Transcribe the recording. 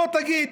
בוא תגיד: